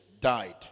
died